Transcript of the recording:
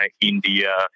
India